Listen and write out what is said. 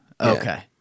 okay